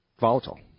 volatile